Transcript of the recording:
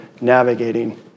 navigating